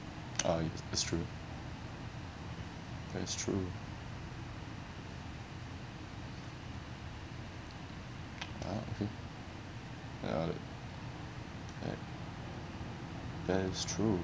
uh that's true that's true ah okay ya right that is true